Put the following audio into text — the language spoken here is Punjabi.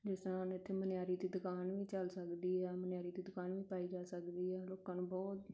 ਜਿਸ ਤਰ੍ਹਾਂ ਹੁਣ ਇੱਥੇ ਮਨਿਆਰੀ ਦੀ ਦੁਕਾਨ ਵੀ ਚੱਲ ਸਕਦੀ ਆ ਮਨਿਆਰੀ ਦੀ ਦੁਕਾਨ ਵੀ ਪਾਈ ਜਾ ਸਕਦੀ ਹੈ ਲੋਕਾਂ ਨੂੰ ਬਹੁਤ